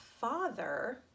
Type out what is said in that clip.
father